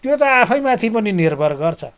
त्यो त आफैमाथि पनि निर्भर गर्छ